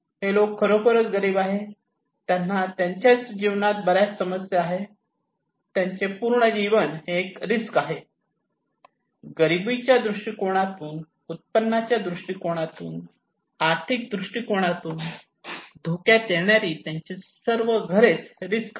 हे लोक खरोखर गरीब आहेत त्यांना त्यांच्या जीवनात बऱ्याच समस्या आहेत त्यांचे पूर्ण जीवन हे एक रिस्क आहे गरिबीच्या दृष्टीकोनातून उत्पन्नाच्या दृष्टीकोनातून आर्थिक दृष्टीकोनातून धोक्यात येणारी त्यांची सर्वच घरे रिस्क मध्ये आहेत